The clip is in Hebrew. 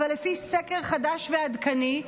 אבל לפי סקר חדש ועדכני,